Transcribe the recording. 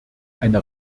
eine